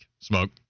Smoke